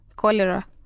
Cholera